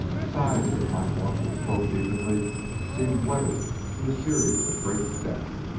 sides that might once have sloped evenly seemed weathered to a series of great steps,